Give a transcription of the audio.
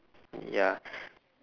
ya